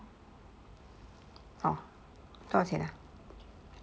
orh 多少钱 ah